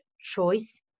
choice